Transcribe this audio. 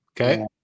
Okay